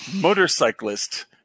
Motorcyclist